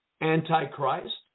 Antichrist